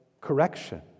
correction